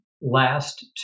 last